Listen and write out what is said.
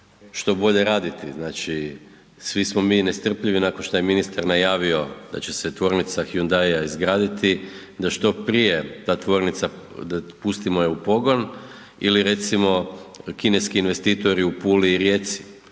što bolje raditi. Znači svi smo mi nestrpljivi nakon šta je ministar najavio da će se tvornica Hyundaia izgraditi da što prije ta tvornica, da pustimo je u pogon, ili recimo kineski investitori u Puli i Rijeci.